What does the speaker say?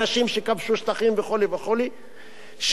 אנשים שכבשו שטחים וכו'; שהיא